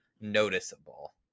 noticeable